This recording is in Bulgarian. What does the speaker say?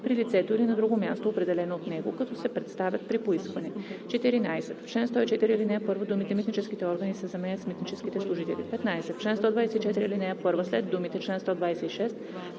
при лицето или на друго място, определено от него, като се представят при поискване.“ 14. В чл. 104, ал. 1 думите „Митническите органи“ се заменят с „Митническите служители“. 15. В чл. 124, ал. 1 след думите